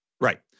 Right